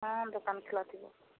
ହଁ ଦୋକାନ ଖୋଲା ଥିବ